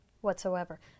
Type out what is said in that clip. whatsoever